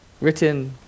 written